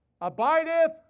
abideth